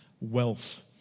wealth